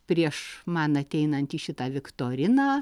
prieš man ateinant į šitą viktoriną